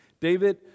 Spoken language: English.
David